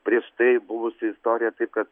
prieš tai buvusi istorija taip kad